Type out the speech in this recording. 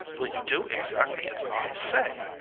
will you do exactly as i say?